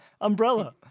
umbrella